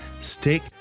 stick